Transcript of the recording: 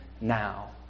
now